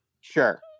Sure